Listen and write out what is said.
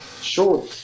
Sure